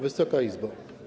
Wysoka Izbo!